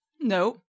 Nope